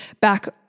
back